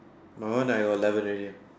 my one have eleven layer